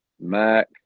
MAC